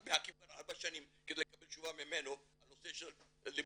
אנחנו מחכים כבר ארבע שנים כדי לקבל תשובה ממנה על הנושא של לימודי